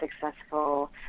successful